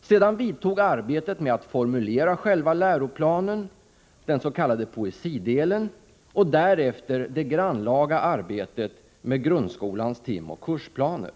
Sedan vidtog arbetet med att formulera själva läroplanen, den s.k. poesidelen, och därefter det grannlaga arbetet med grundskolans timoch kursplaner.